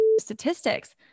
statistics